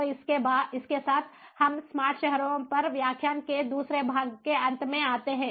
तो इसके साथ हम स्मार्ट शहरों पर व्याख्यान के दूसरे भाग के अंत में आते हैं